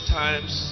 times